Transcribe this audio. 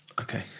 Okay